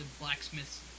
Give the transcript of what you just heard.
blacksmith's